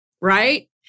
Right